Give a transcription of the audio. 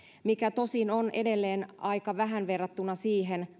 mikä tosin on edelleen aika vähän verrattuna siihen